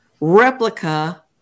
replica